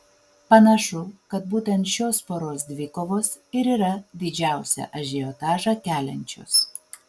panašu kad būtent šios poros dvikovos ir yra didžiausią ažiotažą keliančios